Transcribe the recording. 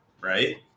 right